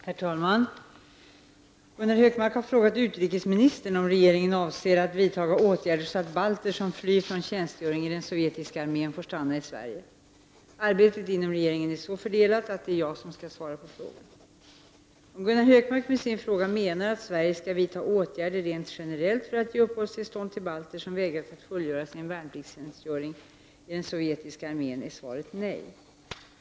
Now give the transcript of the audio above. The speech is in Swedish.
Herr talman! Gunnar Hökmark har frågat utrikesministern om regeringen avser att vidta åtgärder, så att balter som flyr från tjänstgöring i den sovjetiska armén får stanna i Sverige. Arbetet inom regeringen är så fördelat att det är jag som skall svara på frågan. Om Gunnar Hökmark med sin fråga menar att Sverige skall vidta åtgärder rent generellt för att ge uppehållstillstånd till balter som vägrar att fullgöra sin värnpliktstjänstgöring i den sovjetiska armén är svaret nej.